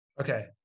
Okay